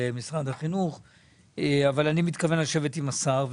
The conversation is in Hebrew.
אני מתכוון לשבת עם השר.